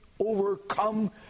overcome